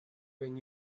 when